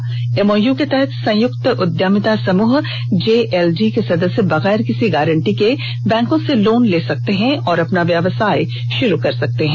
इस एमओयू के तहत संयुक्त उद्यमिता समूह जेएलजी के सदस्य बगैर किसी गारंटी के बैंकों से लोन ले सकते हैं और अपना व्यवसाय शुरू कर सकते हैं